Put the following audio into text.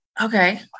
Okay